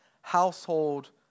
household